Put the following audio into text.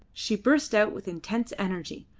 she burst out with intense energy.